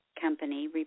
company